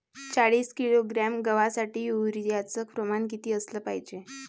चाळीस किलोग्रॅम गवासाठी यूरिया च प्रमान किती असलं पायजे?